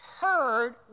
heard